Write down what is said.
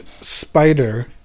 spider